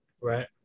Right